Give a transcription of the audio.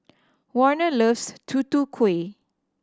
Warner loves Tutu Kueh